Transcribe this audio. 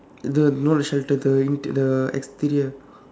the no shelter the inter~ the exterior